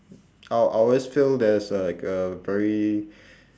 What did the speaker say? I I always feel there's a like a very